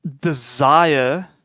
desire